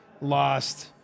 lost